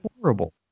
horrible